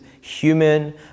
human